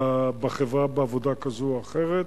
בעבודה כזאת או אחרת.